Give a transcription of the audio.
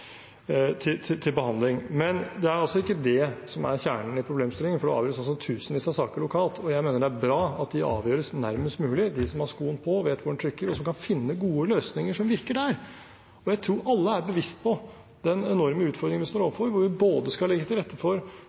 til behandling. Men det er ikke det som er kjernen i problemstillingen, for det avgjøres altså tusenvis av saker lokalt, og jeg mener det er bra at de avgjøres nærmest mulig dem som har skoen på og vet hvor den trykker, og som kan finne gode løsninger som virker der. Jeg tror alle er bevisst på den enorme utfordringen vi står overfor, hvor vi skal legge til rette for